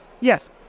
yes